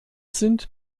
sind